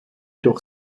durch